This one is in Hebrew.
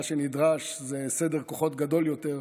מה שנדרש זה סדר כוחות גדול יותר,